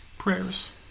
Prayers